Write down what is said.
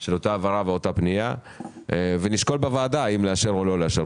של אותה פנייה ונשקול בוועדה האם לאשר או לא לאשר.